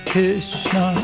Krishna